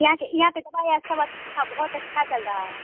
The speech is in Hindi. यहाँ के यहाँ पर दवाई और सब अच्छा बहुत अच्छा चल रहा है